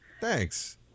thanks